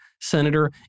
Senator